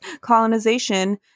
colonization